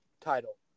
title